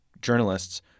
journalists